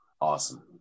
awesome